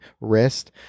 wrist